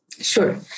Sure